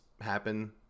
happen